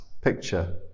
picture